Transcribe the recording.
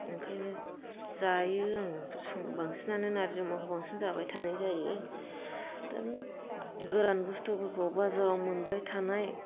ओंखायनो जायो आं सम बांसिनानो नारजि अमाखौ बांसिन जाबाय थानाय जायो थारमानि गोरान बुस्तुफोरखौ बाजारआव मोनबाय थानाय